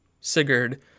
Sigurd